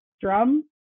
drum